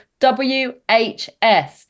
whs